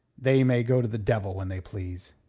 they may go to the devil when they please.